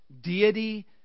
deity